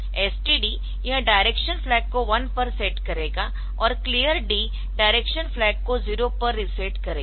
STD यह direction flag को 1 पर सेट करेगा और क्लियर D डायरेक्शन फ्लैग को 0 पर रीसेट करेगा